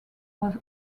was